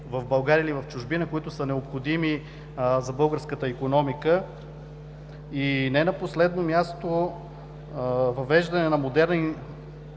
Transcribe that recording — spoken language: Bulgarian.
в България или в чужбина, които са необходими за българската икономика. И не на последно място, въвеждане на модерна